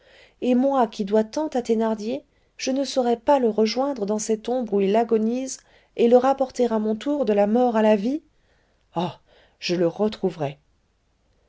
et moi qui dois tant à thénardier je ne saurais pas le rejoindre dans cette ombre où il agonise et le rapporter à mon tour de la mort à la vie oh je le retrouverai